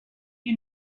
you